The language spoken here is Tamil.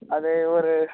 அது ஒரு